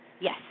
Yes